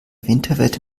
winterwetter